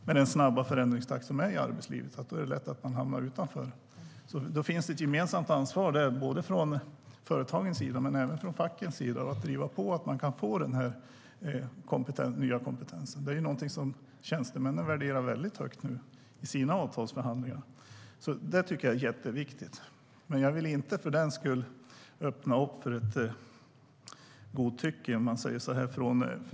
Med dagens snabba förändringstakt i arbetslivet är det såklart lätt att hamna utanför om man bara sitter och gör samma jobb. För den skull vill jag inte öppna för ett godtycke från arbetsgivaren.